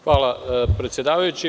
Hvala, predsedavajući.